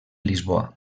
lisboa